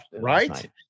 Right